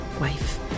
wife